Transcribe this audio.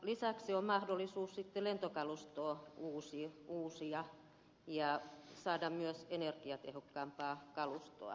lisäksi on mahdollisuus sitten lentokalustoa uusia ja saada myös energiatehokkaampaa kalustoa